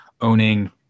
owning